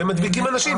והם מדביקים אנשים.